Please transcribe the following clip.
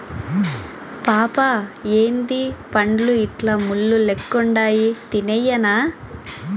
పాపా ఏందీ పండ్లు ఇట్లా ముళ్ళు లెక్కుండాయి తినేయ్యెనా